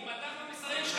עם דף המסרים שלך,